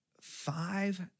five